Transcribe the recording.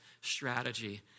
strategy